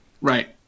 Right